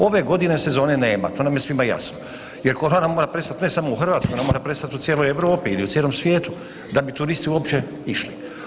Ove godine sezone nema, to nam je svima jasno, jer korona mora prestat ne samo u Hrvatskoj ona mora prestati u cijeloj Europi ili u cijelom svijetu da bi turisti uopće išli.